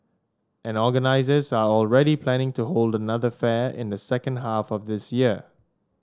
and organisers are already planning to hold another fair in the second half of this year